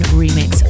remix